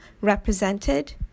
represented